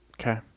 Okay